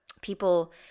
people